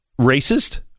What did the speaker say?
racist